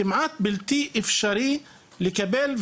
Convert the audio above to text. כמעט בלתי אפשרי לקבל,